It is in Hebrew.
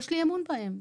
יש לי אמון בהם.